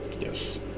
Yes